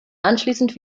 anschließend